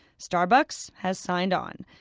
starbucks has signed on.